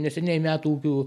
neseniai metūgių